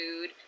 food